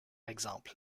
exemple